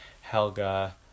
helga